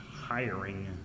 hiring